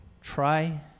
try